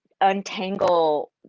untangle